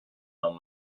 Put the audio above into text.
non